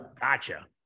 gotcha